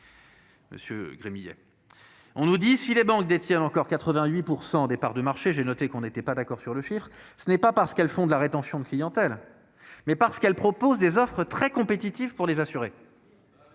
Daniel Gremillet. On nous explique que, si les banques détiennent encore 88 % des parts de marché- j'ai noté que nous n'étions pas d'accord sur le chiffre -, c'est non parce qu'elles font de la rétention de clientèle, mais parce qu'elles proposent des offres très compétitives pour les assurés.